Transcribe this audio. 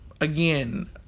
Again